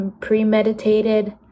premeditated